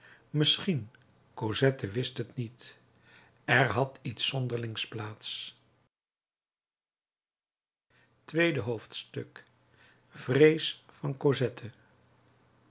misschien cosette wist het niet er had iets zonderlings plaats tweede hoofdstuk vrees van cosette